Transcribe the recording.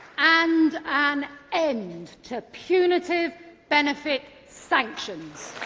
and an end to punitive benefit sanctions.